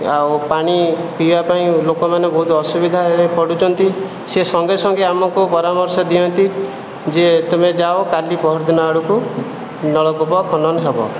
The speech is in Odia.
ଆଉ ପାଣି ପିଇବା ପାଇଁ ଲୋକମାନେ ବହୁତ ଅସୁବିଧାରେ ପଡ଼ୁଛନ୍ତି ସେ ସଙ୍ଗେ ସଙ୍ଗେ ଆମକୁ ପରାମର୍ଶ ଦିଅନ୍ତି ଯେ ତୁମେ ଯାଅ କାଲି ପଅରଦିନ ଆଡ଼କୁ ନଳକୂପ ଖନନ ହେବ